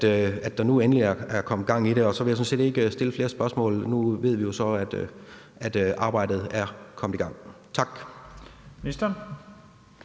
at der nu endelig er kommet gang i det. Og så vil jeg sådan set ikke stille flere spørgsmål, for nu ved vi jo så, at arbejdet er kommet i gang. Tak.